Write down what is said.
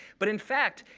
but in fact,